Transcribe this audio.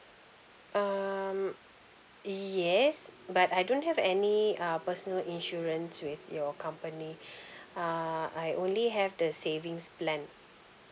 um yes but I don't have any uh personal insurance with your company uh I only have the savings plan